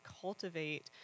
cultivate